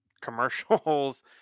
commercials